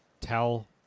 tell